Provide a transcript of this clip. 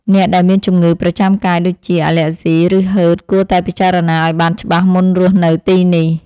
អ្នកដែលមានជំងឺប្រចាំកាយដូចជាអាលែកហ្ស៊ី ឬហឺតគួរតែពិចារណាឱ្យបានច្បាស់មុនរស់នៅទីនេះ។